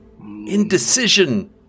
indecision